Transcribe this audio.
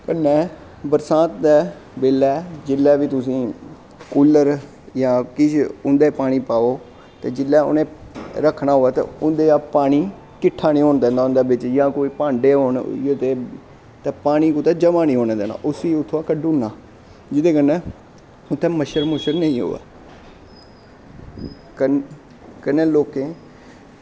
कन्नै बरसांत दे बेल्लै जिसलै तुसें कुल्लर जां किश उं'दै पानी पाओ ते जिसलै उ'नें रक्खना होऐ तां उं'दै च पानी किट्टा निं होना देना उं'दै बिच्च जां कोई भांडे होन इ'यै जेह् तां पानी कुतै जमां निं होना देना इसी उत्थुआं दा कड्ढ़ी ओड़ना जेह्दी बजह कन्नै उत्थै मच्छर मुच्छर नेईं अवै कन्नै लोकें गी